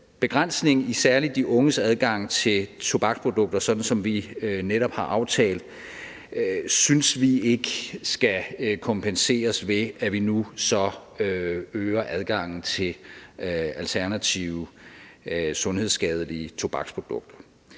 Begrænsning i særlig de unges adgang til tobaksprodukter, som vi netop har aftalt, synes vi ikke skal kompenseres, ved at vi nu så øger adgangen til alternative sundhedsskadelige tobaksprodukter.